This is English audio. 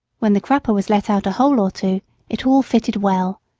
when the crupper was let out a hole or two it all fitted well.